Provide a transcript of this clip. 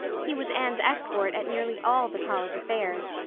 he was anne's escort at nearly all the college affairs,